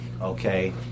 Okay